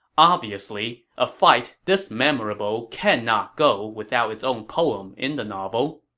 obviously, a fight this memorable cannot go without its own poem in the novel